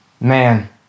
man